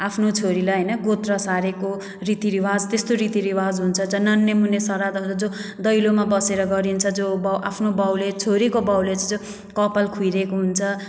आफ्नो छोरीलाई होइन गोत्र सारेको रीतिरिवाज त्यस्तो रीतिरिवाज हुन्छ चाहिँ नन्नेमुन्ने श्राद्धहरू जो दैलोमा बसेर गरिन्छ जो बाबु आफ्नो बाबुले छोरीको बाबुले चाहिँ जो कपाल खौरेको हुन्छ